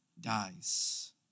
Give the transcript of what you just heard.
dies